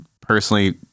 personally